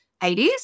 80s